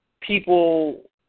people